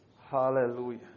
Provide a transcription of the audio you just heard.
Hallelujah